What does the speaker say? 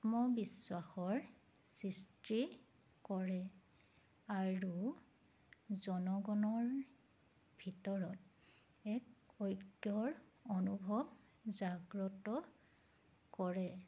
আত্মবিশ্বাসৰ সৃষ্টি কৰে আৰু জনগণৰ ভিতৰত এক ঐক্যৰ অনুভৱ জাগ্ৰত কৰে